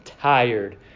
tired